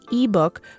ebook